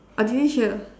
I didn't hear